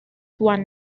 one